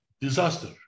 disaster